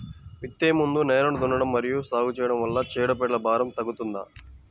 విత్తే ముందు నేలను దున్నడం మరియు సాగు చేయడం వల్ల చీడపీడల భారం తగ్గుతుందా?